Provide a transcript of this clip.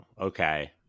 Okay